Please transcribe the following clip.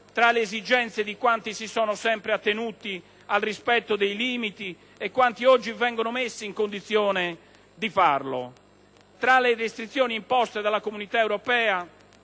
tra le esigenze di quanti si sono sempre attenuti al rispetto dei limiti e quanti oggi vengono messi in condizione di farlo, tra le restrizioni imposte dalla Comunità europea